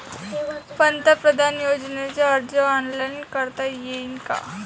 पंतप्रधान योजनेचा अर्ज ऑनलाईन करता येईन का?